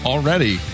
Already